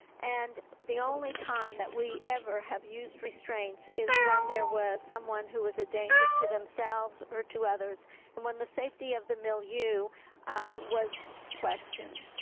and the only time that we ever have used restraints is when there was someone who was a danger to themselves or to others and when the safety of the milieu was questioned.